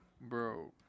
bro